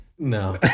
no